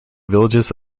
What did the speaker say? villages